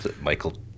Michael